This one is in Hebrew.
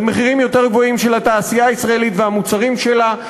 במחירים יותר גבוהים של התעשייה הישראלית והמוצרים שלה.